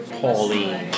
Pauline